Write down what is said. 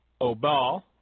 Obal